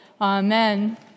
Amen